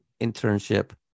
internship